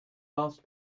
last